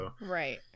Right